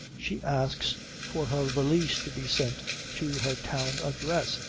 she asks for her valise to be sent to her town address,